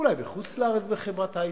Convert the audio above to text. אולי בחוץ-לארץ בחברת היי-טק,